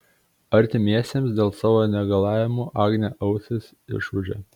artimiesiems dėl savo negalavimų agnė ausis išūžia